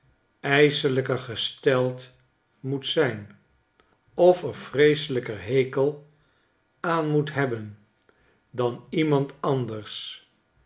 ijselijker gesteld moet zijn of er vreeselijker hekel aan moet hebben dan iemand anders